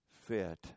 fit